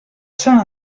sant